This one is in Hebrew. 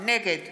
נגד